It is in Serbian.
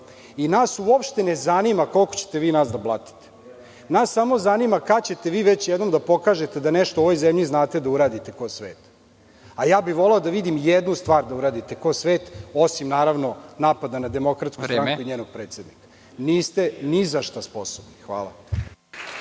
Nas uopšte ne zanima koliko ćete vi nas da blatite, nas samo zanima kada ćete vi već jednom da pokažete da nešto u ovoj zemlji znate da uradite kao svet, ali ja bih voleo da vidim jednu stvar da uradite kao svet, osim napada na DS i njenog predsednika. Niste ni za šta sposobni.